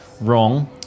wrong